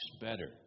better